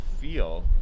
feel